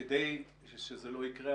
כדי שזה לא יקרה,